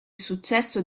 successo